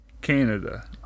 Canada